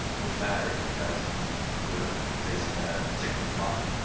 which matters because we're facing a ticking clock,